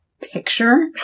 picture